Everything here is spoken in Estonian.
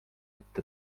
ette